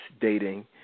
dating